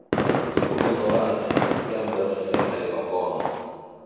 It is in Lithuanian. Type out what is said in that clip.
skubino radža tempdamas semą į vagoną